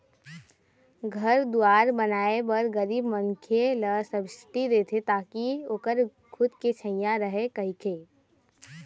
घर दुवार बनाए बर गरीब मनखे ल सब्सिडी देथे ताकि ओखर खुद के छइहाँ रहय कहिके